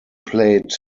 played